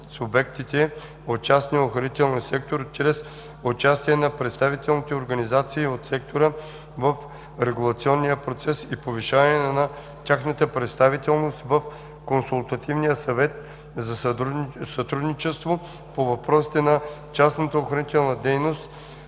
субектите от частния охранителен сектор чрез участие на представителните организации от сектора в регулационния процес и повишаване на тяхната представителност в Консултативния съвет за сътрудничество по въпросите на частната охранителна дейност,